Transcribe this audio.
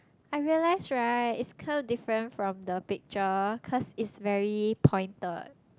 I realised right it's kind of different from the picture cause it's very pointed